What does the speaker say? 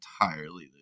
entirely